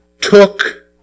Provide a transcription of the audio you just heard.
took